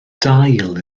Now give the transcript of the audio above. dail